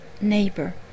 neighbor